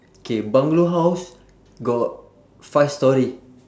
K bungalow house got five storey